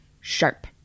sharp